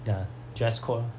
ya dress code lor